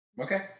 Okay